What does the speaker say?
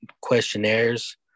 questionnaires